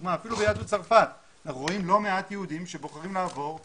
אפילו ביהדות צרפת אנחנו רואים לא מעט יהודים שבוחרים לעבור ללונדון,